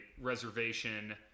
reservation